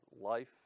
Life